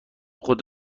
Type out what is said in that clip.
خودت